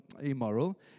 immoral